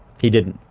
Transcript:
he didn't.